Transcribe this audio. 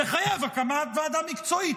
תחייב הקמת ועדה מקצועית,